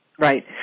Right